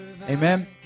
amen